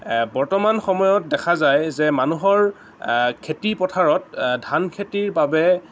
বৰ্তমান সময়ত দেখা যায় যে মানুহৰ খেতি পথাৰত ধান খেতিৰ বাবে